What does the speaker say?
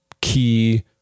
key